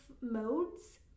modes